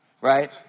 right